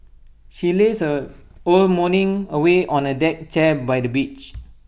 she lazed her own morning away on A deck chair by the beach